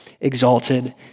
exalted